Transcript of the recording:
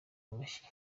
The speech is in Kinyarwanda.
amashyi